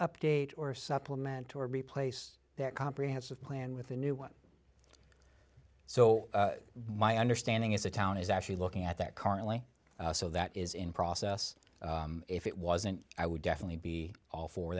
update or supplement or replace that comprehensive plan with a new one so my understanding is the town is actually looking at that currently so that is in process if it wasn't i would definitely be all for